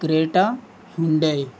Creta Hyundai